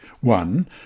One